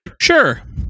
Sure